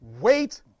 wait